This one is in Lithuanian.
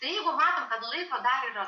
tai jeigu matom kad laiko dar yra